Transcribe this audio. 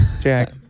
Jack